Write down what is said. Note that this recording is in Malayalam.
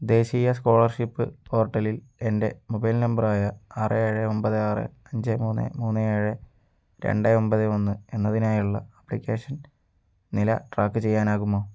ദേശീയ സ്കോളർഷിപ്പ് പോർട്ടലിൽ എൻ്റെ മൊബൈൽ നമ്പറായ ആറ് ഏഴ് ഒൻപത് ആറ് അഞ്ച് മൂന്ന് മൂന്ന് ഏഴ് രണ്ട് ഒൻപത് ഒന്ന് എന്നതിനായുള്ള ആപ്ലിക്കേഷൻ നില ട്രാക്ക് ചെയ്യാനാകുമോ